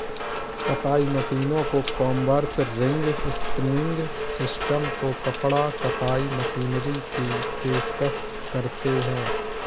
कताई मशीनों को कॉम्बर्स, रिंग स्पिनिंग सिस्टम को कपड़ा कताई मशीनरी की पेशकश करते हैं